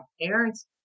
parents